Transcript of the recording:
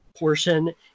Portion